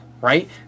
right